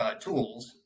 tools